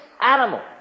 animal